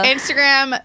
Instagram